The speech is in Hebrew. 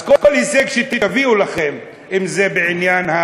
אז כל הישג שתביאו לכם, אם זה בעניין,